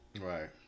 Right